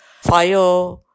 fire